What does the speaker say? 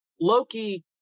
Loki